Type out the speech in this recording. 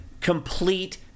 complete